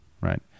right